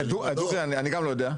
לא, דוגרי, אני גם לא יודע.